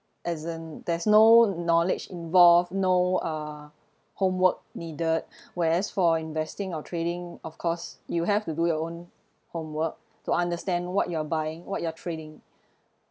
as in there's no knowledge involved no uh homework needed whereas for investing or trading of course you have to do your own homework to understand what you're buying what you're trading